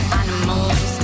animals